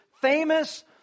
famous